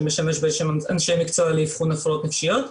שמשמש אנשי מקצוע לאבחון הפרעות נפשיות,